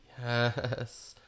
yes